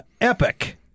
Epic